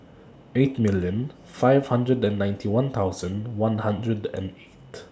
eight million five nine one thousand one hundred and eight